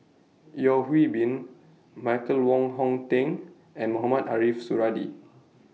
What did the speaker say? Yeo Hwee Bin Michael Wong Hong Teng and Mohamed Ariff Suradi